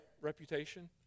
reputation